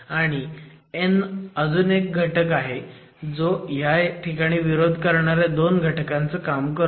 आणि n अजून एक घटक आहे जो ह्याठिकाणी विरोध करणाऱ्या 2 घटकांचं काम करतो